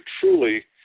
truly